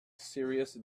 serious